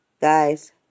Guys